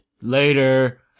Later